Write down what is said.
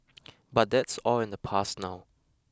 but that's all in the past now